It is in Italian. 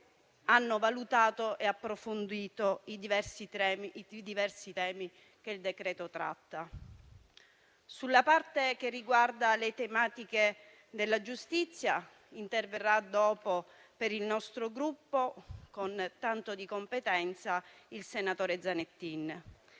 hanno valutato e approfondito i diversi temi che il decreto tratta. Sulla parte che riguarda le tematiche della giustizia interverrà dopo per il nostro Gruppo, per competenza, il senatore Zanettin.